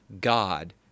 God